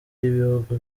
y’ibihugu